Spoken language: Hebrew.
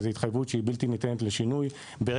זו התחייבות שהיא בלתי ניתנת לשינוי.